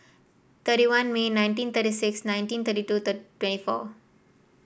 thirty one May nineteen thirty six nineteen thirty two twenty four